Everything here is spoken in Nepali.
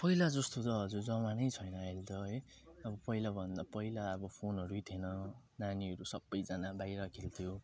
पहिला जस्तो त हजुर जमानै छैन अहिले त है अब पहिलाभन्दा पहिला अब फोनहरू नै थिएन नानीहरू सबैजना बाहिर खेल्थ्यो